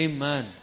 Amen